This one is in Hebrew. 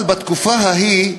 אבל בתקופה ההיא,